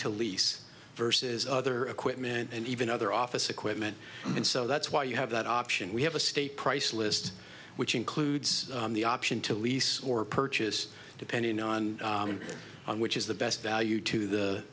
to lease versus other equipment and even other office equipment and so that's why you have that option we have a state price list which includes the option to lease or purchase depending on on which is the best value to the